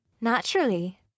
naturally